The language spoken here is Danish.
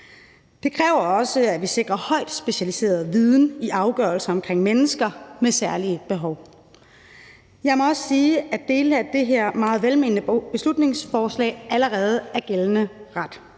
Det kræver også, at vi sikrer højt specialiseret viden i afgørelser omkring mennesker med særlige behov. Jeg må også sige, at dele af det her meget velmenende beslutningsforslag allerede er gældende ret.